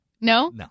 No